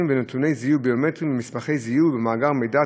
ונתוני זיהוי ביומטריים במסמכי זיהוי ובמאגר מידע,